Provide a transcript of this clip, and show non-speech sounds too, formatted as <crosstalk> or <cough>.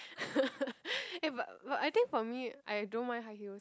<laughs> eh but but I think for me I don't mind high heels